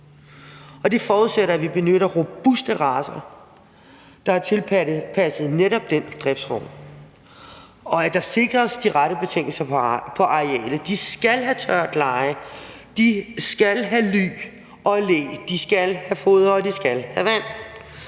det forudsætter, at vi benytter robuste racer, der er tilpasset netop den driftsform, og at der sikres de rette betingelser på arealet. De skal have tørt leje, de skal have ly og læ, de skal have foder, og de skal have vand.